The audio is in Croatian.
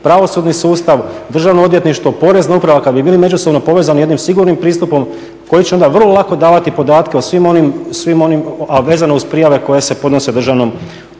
pravosudni sustav, državno odvjetništvo, porezna uprava kad bi bili međusobno povezani jednim sigurnim pristupom koji će onda vrlo lako davati podatke o svim onim, a vezano uz prijave koje se podnose državnom